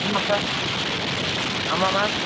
ஆமாம் சார் ஆமாம் மேம்